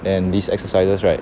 then these exercises right